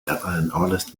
honest